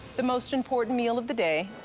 the most important meal of the day.